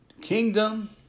kingdom